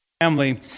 family